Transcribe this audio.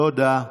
תודה.